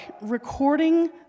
recording